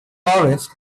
forest